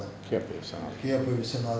K_A_P viswanatham